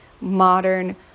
modern